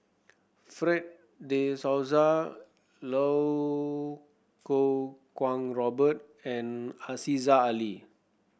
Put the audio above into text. Fred De Souza Lau Kuo Kwong Robert and Aziza Ali